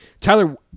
Tyler